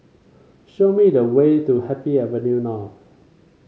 show me the way to Happy Avenue North